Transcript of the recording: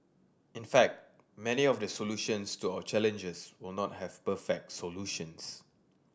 in fact many of the solutions to our challenges will not have perfect solutions